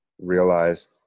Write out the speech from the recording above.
realized